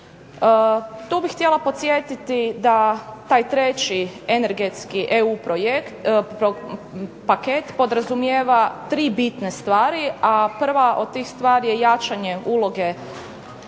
Tu bih htjela podsjetiti da taj treći energetski EU paket podrazumijeva tri bitne stvari, a prva od tih stvari je jačanje uloge